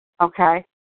okay